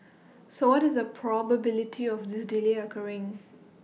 so what is the probability of this delay occurring